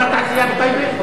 לאזור התעשייה בטייבה?